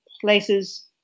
places